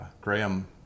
Graham